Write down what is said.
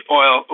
oil